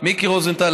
מיקי רוזנטל,